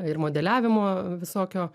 ir modeliavimo visokio